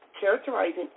characterizing